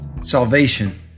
salvation